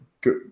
good